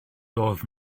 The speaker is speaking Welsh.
doedd